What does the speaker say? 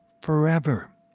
forever